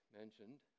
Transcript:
mentioned